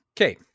Okay